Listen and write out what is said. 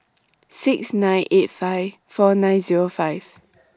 six nine eight five four nine Zero five